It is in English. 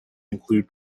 include